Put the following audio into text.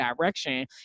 direction